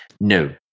No